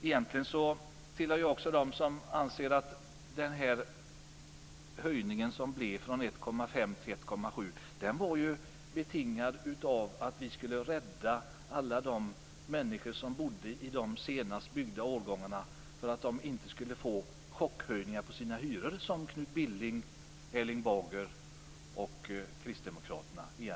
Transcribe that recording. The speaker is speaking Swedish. Egentligen hör jag också till dem som anser att höjningen från 1,5 % till 1,7 % var betingad av att vi ville rädda alla människor som bodde i de senast byggda årgångarna för att de inte skulle få chockhöjningar av sina hyror, vilket Knut Billing, Erling Bager och kristdemokraterna ville.